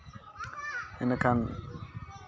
ᱤᱱᱟᱹᱠᱷᱟᱱ